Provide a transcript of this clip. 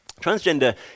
Transgender